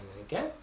again